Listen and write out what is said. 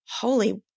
holy